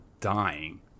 dying